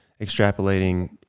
extrapolating